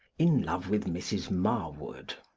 in love with mrs. marwood,